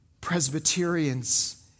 Presbyterians